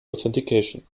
authentication